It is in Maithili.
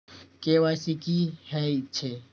के.वाई.सी की हे छे?